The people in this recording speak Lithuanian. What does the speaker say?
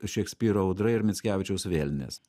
šekspyro audra ir mickevičiaus vėlinės